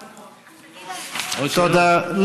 תודה.